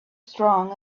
strong